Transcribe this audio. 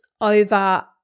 over